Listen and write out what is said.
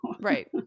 Right